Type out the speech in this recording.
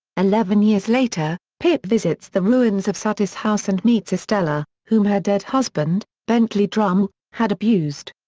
eleven years later, pip visits the ruins of satis house and meets estella, whom her dead husband, bentley drummle, had abused.